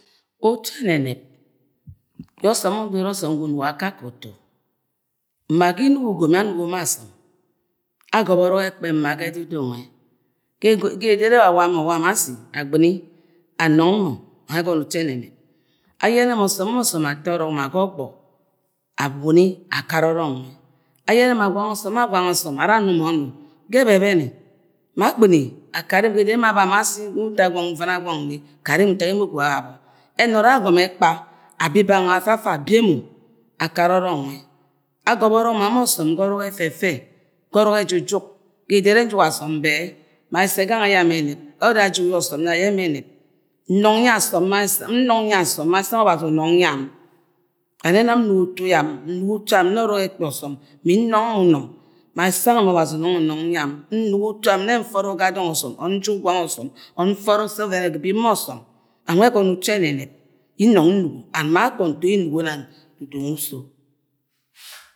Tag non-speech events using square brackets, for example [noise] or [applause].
Utu ẹnẹnẹb ne osom udoro une osom gwo ungo akakẹ utu, ma gs Inuk ugom ye anugo ma asọm ayọba ọrọk ekpẹm ma ga edu du nwẹ ge edo doro ẹrẹ wa ulam or wam asi agɨni amumg mo. wamgẹ ẹgọnọ utu-e- e̱ne̱ne̱b aye̱ne̱ ọsọm ma ọsọm ato ọrọk ma ga ọgḅọ agbɨni akat ọrọk nule ayẹnẹ ma gwang̱. ọsọm ara anu omu gẹ ẹbẹbẹnẹ ma. agbɨn akat [unintelligible] kat emo ntak emo ula baboo ẹnọnọ ye agọmọ ekpa abi bang nulẹ afafa bi emo akat ọrök nulẹ ga ọrọk ẹjujuk gẹ edoro ne̱ ọsọm ye̱ ayo̱ e̱me̱ ẹnẹb numg ye asom. Nung yẹ asom ma ẹsẹ anwẹ ọbazi ununyiam. ula nẹ nam nugo utu yian nugo utu am n-nẹ ọrọk ẹkpi ọsọm mm-nimọg mu mu umọng ma esẹ gamg ule obanzi abọni umong yiam nugo utu am ne mfe ọrọk ga dong ọsọm or njuk gwang̣-e-ọsọm or mtẹ ǫbọk ga ọsẹ sẹ ọvęn ẹbib ma ọsọm ula nwe̱ ẹgọnọ utu ẹnẹb ye nunuy nugo and ma akung nto ye nugo nang dudu-u-nwa uso.